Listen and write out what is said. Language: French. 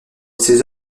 ses